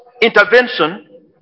intervention